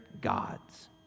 gods